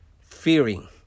fearing